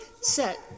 set